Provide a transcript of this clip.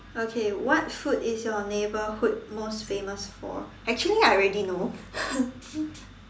okay what food is your neighbourhood most famous for actually I already know